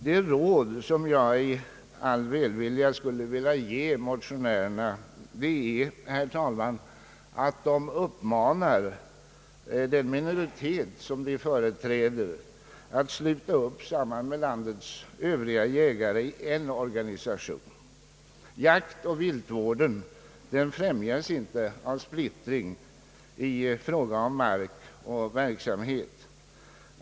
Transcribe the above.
Det råd som jag i all välvilja skulle vilja ge motionärerna är, herr talman, att de uppmanar den minoritet som de företräder att sluta upp tillsammans med landets övriga jägare i en organisation. Jaktoch viltvården främjas inte av splittring i fråga om mark och verksamhet.